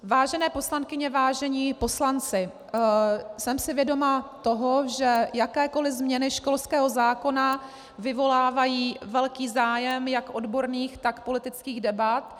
Vážené poslankyně, vážení poslanci, jsem si vědoma toho, že jakékoli změny školského zákona vyvolávají velký zájem jak odborných, tak politických debat.